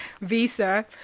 visa